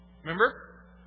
Remember